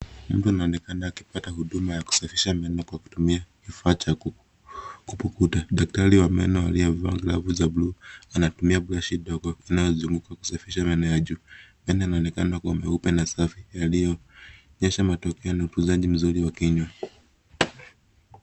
Mtu anaonekana akipata huduma ya kusafisha meno kwa kutumia kifaa cha kupukuta. Daktari wa meno aliyevaa glavu za bluu anatumia brushi ndogo inayozunguka kusafisha meno ya juu. Meno inaonekana kuwa meupe na safi, yaliyoonyesha matokeo na utunzaji mzuri wa kinywa.